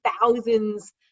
thousands